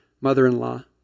mother-in-law